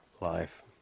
life